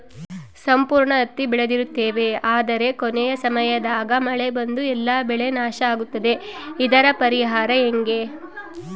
ಸಂಪೂರ್ಣ ಹತ್ತಿ ಬೆಳೆದಿರುತ್ತೇವೆ ಆದರೆ ಕೊನೆಯ ಸಮಯದಾಗ ಮಳೆ ಬಂದು ಎಲ್ಲಾ ಬೆಳೆ ನಾಶ ಆಗುತ್ತದೆ ಇದರ ಪರಿಹಾರ ಹೆಂಗೆ?